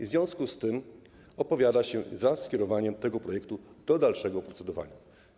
W związku z tym opowiada się za skierowaniem tego projektu do dalszego procedowania.